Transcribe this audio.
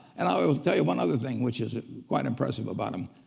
and i'll tell you one other thing which was quite impressive about him.